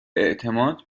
اعتماد